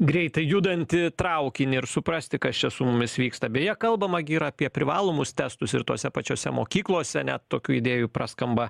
greitai judantį traukinį ir suprasti kas čia su mumis vyksta beje kalbama gi ir apie privalomus testus ir tose pačiose mokyklose net tokių idėjų praskamba